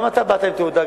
גם אתה באת עם תעודה,